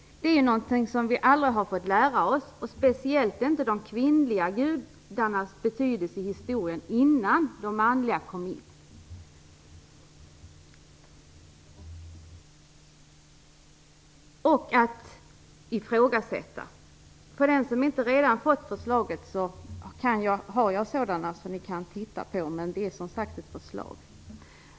Det är något som vi aldrig har fått lära oss, speciellt inte de kvinnliga gudarnas betydelse i historien innan de manliga kom in. Det gäller också att ifrågasätta. Till dem som inte redan har fått förslaget vill jag säga att jag exemplar av det att titta på. Men det gäller, som sagt, ett förslag.